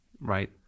Right